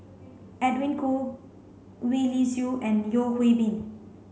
Edwin Koo Gwee Li Sui and Yeo Hwee Bin